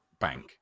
bank